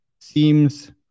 seems